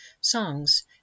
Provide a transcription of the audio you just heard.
songs